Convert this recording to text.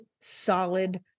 solid